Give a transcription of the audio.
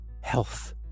health